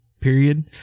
period